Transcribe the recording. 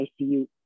ICU